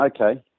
okay